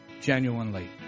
genuinely